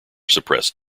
suppressed